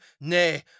Nay